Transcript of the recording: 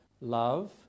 love